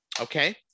okay